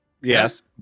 Yes